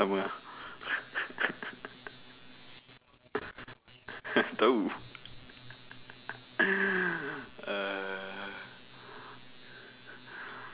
sama ah tahu